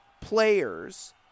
players